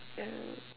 yeah